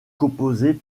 composée